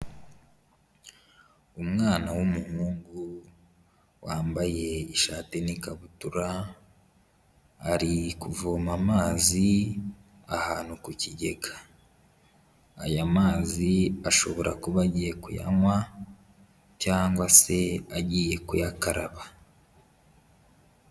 Umwana w'umuhungu wambaye ishati n'ikabutura ari kuvoma amazi ahantu ku kigega, aya mazi ashobora kuba agiye kuyanywa cyangwa se agiye kuyakaraba.